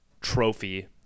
trophy